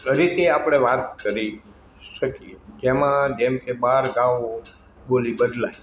તરીકે આપણે વાત કરી શકીએ જેમાં જેમ કે બાર ગાઉએ બોલી બદલાય